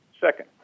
Second